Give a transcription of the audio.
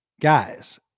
guys